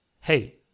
hey